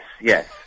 yes